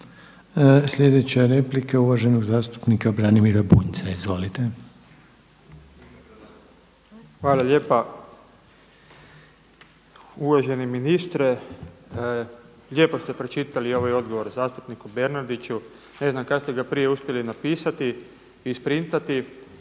Sljedeća replika je uvaženog zastupnika Branimira Bunjca. Izvolite. **Bunjac, Branimir (Živi zid)** Hvala lijepa. Uvaženi ministre, lijepo ste pročitali ovaj odgovor zastupniku Bernardiću, ne znam kada ste ga prije uspjeli napisati i isprintati